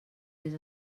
més